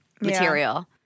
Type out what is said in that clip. material